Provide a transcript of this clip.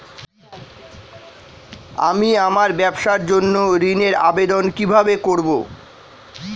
আমি আমার ব্যবসার জন্য ঋণ এর আবেদন কিভাবে করব?